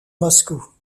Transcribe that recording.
moscou